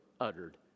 uttered